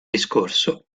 discorso